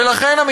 ולכן,